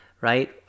right